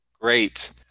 Great